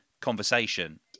conversation